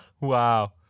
Wow